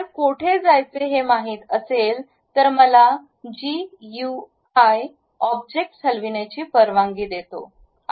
जर कोठे जायचे हे माहिती असेल तर मला GUI जीयूआय ऑब्जेक्ट्स हलविण्याची परवानगी देतो